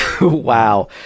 Wow